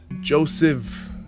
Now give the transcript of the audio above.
Joseph